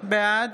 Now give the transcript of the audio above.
בעד